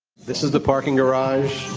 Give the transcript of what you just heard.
this is the parking garage,